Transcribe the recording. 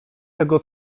tego